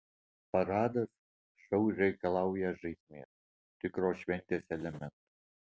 paradas šou reikalauja žaismės tikros šventės elementų